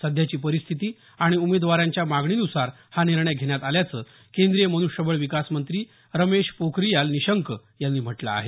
सध्याची परिस्थिती आणि उमेदवारांच्या मागणीनुसार हा निर्णय घेण्यात आल्याचं केंद्रीय मन्ष्यबळ विकास मंत्री रमेश पोखरीयाल निशंक यांनी म्हटलं आहे